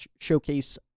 showcase